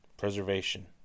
preservation